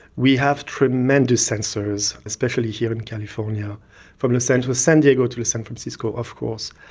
we have tremendous sensors, especially here in california from the centre of san diego to san francisco of course,